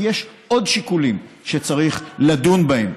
כי יש עוד שיקולים שצריך לדון בהם,